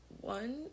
one